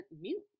mute